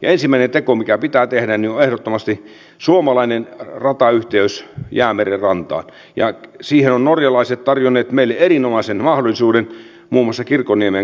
pakkolait ja niiden mahdollinen perustuslain ja kansainvälisen oikeuden vastaisuus sote ja aluehallintouudistuksen kyseenalainen perustuslainmukaisuus turvapaikanhakijoihin kohdistettavien toimien yhteensopivuus kansainvälisen lain kanssa